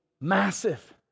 massive